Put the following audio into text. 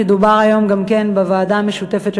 שדובר עליו היום גם כן בוועדה המשותפת של